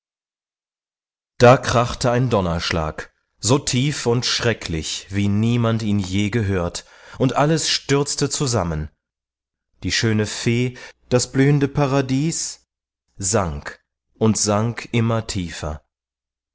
da krachte ein donnerschlag so tief und schrecklich wie niemand ihn je gehört und alles stürzte zusammen die schöne fee das blühende paradies sank und sank immer tiefer